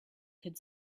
could